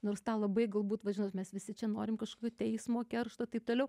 nors tą labai galbūt va žinot mes visi čia norime kažkokių teismo keršto taip toliau